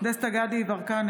דסטה גדי יברקן,